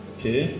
Okay